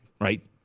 right